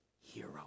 hero